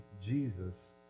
Jesus